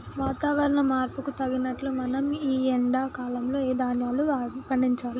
వాతవరణ మార్పుకు తగినట్లు మనం ఈ ఎండా కాలం లో ధ్యాన్యాలు పండించాలి